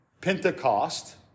Pentecost